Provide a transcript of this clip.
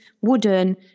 wooden